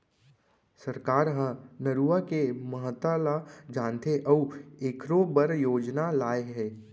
सरकार ह नरूवा के महता ल जानथे अउ एखरो बर योजना लाए हे